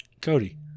Cody